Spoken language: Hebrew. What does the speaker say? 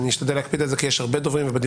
אשתדל להקפיד על זה כי יש הרבה דוברים ובדיון